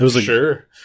Sure